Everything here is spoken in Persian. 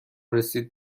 رسید